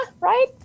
right